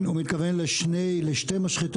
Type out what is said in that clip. היו כשמונה נפגעים.